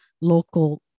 local